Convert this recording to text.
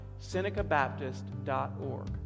senecabaptist.org